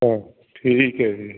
ਹਾਂ ਠੀਕ ਹੈ ਜੀ